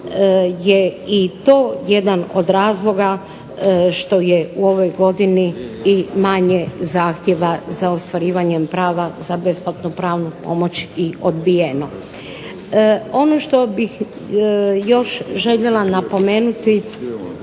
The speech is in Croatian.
je i to jedan od razloga što je u ovoj godini manje zahtjeva za ostvarivanje prava za besplatnu pravnu pomoć i odbijeno. Ono što bih još željela napomenuti,